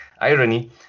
irony